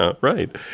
Right